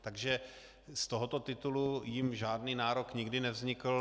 Takže z tohoto titulu jim žádný nárok nikdy nevznikl.